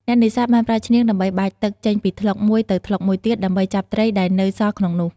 អ្នកនេសាទបានប្រើឈ្នាងដើម្បីបាចទឹកចេញពីថ្លុកមួយទៅថ្លុកមួយទៀត ដើម្បីចាប់ត្រីដែលនៅសល់ក្នុងនោះ។